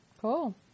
Cool